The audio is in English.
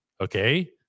Okay